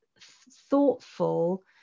thoughtful